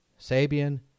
Sabian